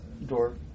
door